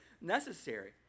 necessary